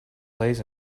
lays